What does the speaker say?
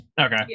Okay